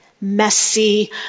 messy